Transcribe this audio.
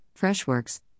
Freshworks